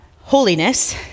holiness